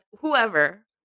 whoever